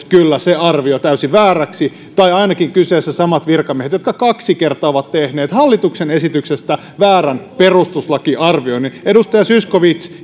kyllä osoittautunut täysin vääräksi tai ainakin kyseessä ovat olleet samat virkamiehet jotka kaksi kertaa ovat tehneet hallituksen esityksestä väärän perustuslakiarvioinnin edustaja zyskowicz